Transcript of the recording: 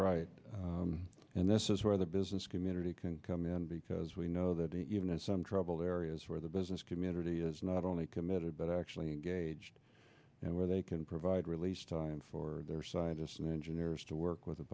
right and this is where the business community can come in because we know that even in some trouble areas where the business community is not only committed but actually engaged and where they can provide released time for their scientists and engineers to work with the